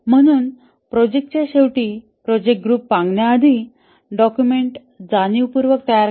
म्हणून प्रोजेक्ट च्या शेवटी प्रोजेक्ट ग्रुप पांगण्याआधी डॉक्युमेंट जाणीवपूर्वक तयार करा